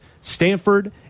Stanford